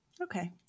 Okay